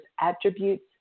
attributes